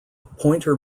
pointer